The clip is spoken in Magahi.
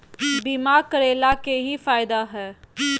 बीमा करैला के की फायदा है?